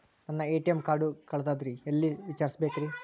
ನನ್ನ ATM card ಕಳದದ್ರಿ ಎಲ್ಲಿ ವಿಚಾರಿಸ್ಬೇಕ್ರಿ?